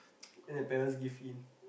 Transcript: then their parents give in